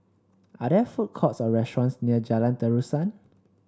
are there food courts or restaurants near Jalan Terusan